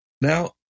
now